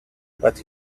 but